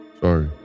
Sorry